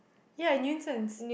ya nuisance